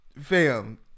Fam